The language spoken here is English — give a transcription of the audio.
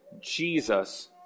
Jesus